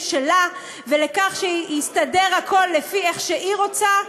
שלה ולכך שהכול יסתדר לפי איך שהיא רוצה.